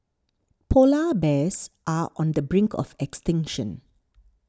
Polar Bears are on the brink of extinction